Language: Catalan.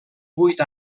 vuit